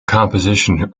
composition